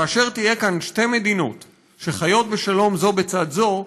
כאשר יהיו כאן שתי מדינות שחיות בשלום זו בצד זו,